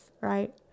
right